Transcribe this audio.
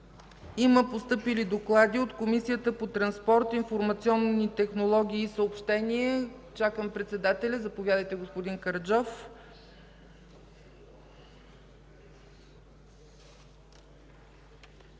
Има постъпили доклади от Комисията по транспорт, информационни технологии и съобщения. Заповядайте, господин Караджов.